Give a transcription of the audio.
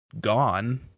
gone